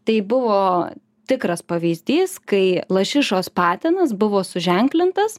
tai buvo tikras pavyzdys kai lašišos patinas buvo suženklintas